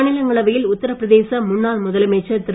மாநிலங்களவையில் உத்தரபிரதேச முன்னாள் முதலமைச்சர் திரு